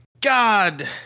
god